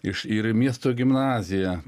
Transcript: iš ir miesto gimnazija